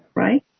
right